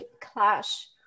clash